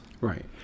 Right